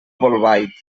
bolbait